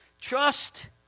trust